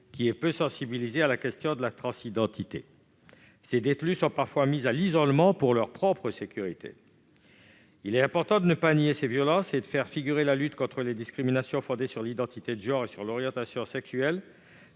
peu sensibilisé à la question de la transidentité. Elles sont parfois mises à l'isolement pour leur propre sécurité. Il importe de ne pas nier de telles violences et de faire figurer la lutte contre les discriminations fondées sur l'identité de genre et sur l'orientation sexuelle